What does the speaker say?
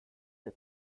sed